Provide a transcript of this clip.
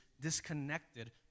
disconnected